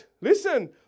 listen